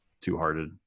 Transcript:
two-hearted